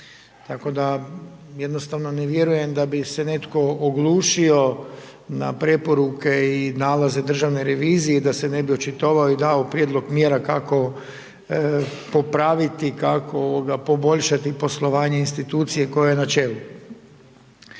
Tako da jednostavno ne vjerujem da bi se netko oglušio na preporuke i nalaze Državne revizije, da se ne bi očitovao i dao prijedlog mjera kako popraviti, kako poboljšati poslovanje institucije koje je na čelu.